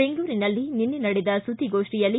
ಬೆಂಗಳೂರಿನಲ್ಲಿ ನಿನ್ನೆ ನಡೆದ ಸುದ್ಗಿಗೋಷ್ಟಿಯಲ್ಲಿ